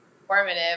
informative